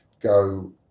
go